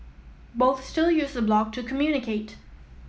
both still use the blog to communicate